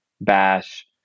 bash